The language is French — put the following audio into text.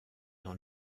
dans